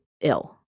ill